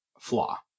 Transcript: flaw